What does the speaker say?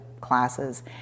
classes